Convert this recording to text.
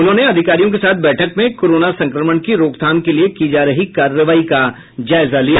उन्होंने अधिकारियों के साथ बैठक में कोरोना संक्रमण की रोकथाम के लिए की जा रही कार्रवाई का जायजा लिया